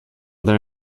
there